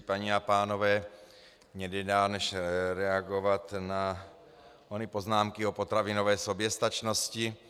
Paní a pánové, mně nedá, než reagovat na ony poznámky o potravinové soběstačnosti.